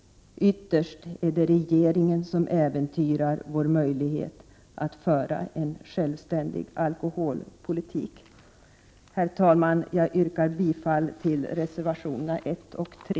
Ytterst är det regeringen som äventyrar vår möjlighet att föra en självständig alkoholpolitik. Herr talman! Jag yrkar bifall till reservationerna 1 och 3.